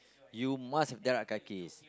you must have the right kaki